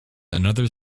another